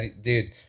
Dude